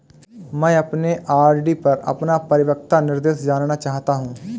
मैं अपने आर.डी पर अपना परिपक्वता निर्देश जानना चाहता हूं